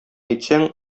әйтсәң